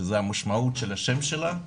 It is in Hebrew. שזה המשמעות של השם שלה,